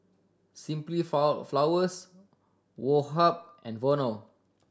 Simply Four Flowers Woh Hup and Vono